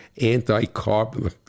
anti-carbon